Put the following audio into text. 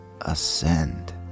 ascend